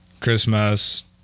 Christmas